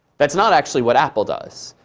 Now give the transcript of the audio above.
that's not actually what apple does.